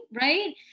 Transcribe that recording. right